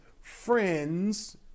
friends